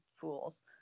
fools